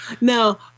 Now